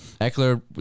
Eckler